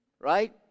right